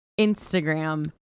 Instagram